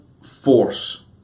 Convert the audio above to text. force